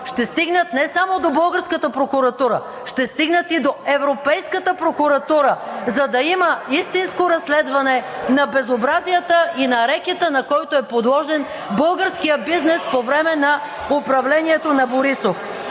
ще стигнат не само до българската прокуратура, ще стигнат и до европейската прокуратура, за да има истинско разследване на безобразията и на рекета, на който е подложен българският бизнес по време на управлението на Борисов.